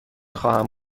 خواهم